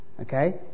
Okay